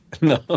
no